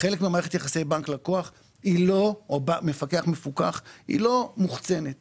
לכן המערכת של יחסי בנק-לקוח או מפקח-מפוקח היא לא מוחצנת,